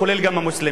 כולל גם המוסלמים.